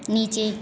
नीचे